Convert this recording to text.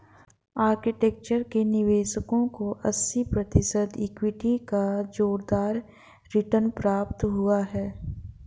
architecture के निवेशकों को अस्सी प्रतिशत इक्विटी का जोरदार रिटर्न प्राप्त हुआ है